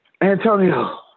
Antonio